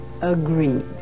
Agreed